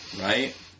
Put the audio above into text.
right